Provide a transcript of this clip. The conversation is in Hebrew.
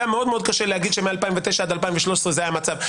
גם מאוד מאוד קשה שמ-2009 ועד 2013. זה המצב.